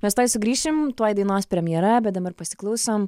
mes tuoj sugrįšim tuoj dainos premjera bet dabar pasiklausom